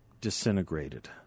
disintegrated